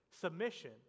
submission